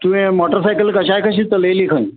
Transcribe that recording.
तुवें मॉटरसायकल कश्या कशीय चलयली खंय